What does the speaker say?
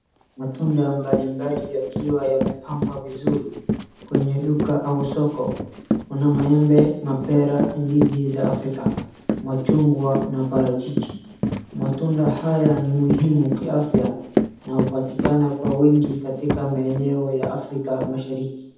Matunda mbalimabli yakiwa yamepangwa vizuri kwenye duka au soko. Kuna maembe, mapera, ndizi za Afrika, machungwa na parachichi. Matunda haya ni muhimu kiafya na hupatikana kwa wingi katika maeneo ya Afrika mashariki.